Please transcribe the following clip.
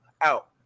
out